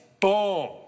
boom